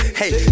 hey